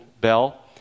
Bell